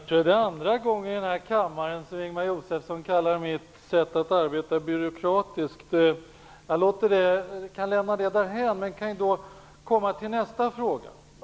Herr talman! Jag tror att det är andra gången i denna kammare som Ingemar Josefsson kallar mitt sätt att arbeta för byråkratiskt. Jag kan lämna det därhän, men jag kommer då till nästa fråga.